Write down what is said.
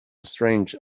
strange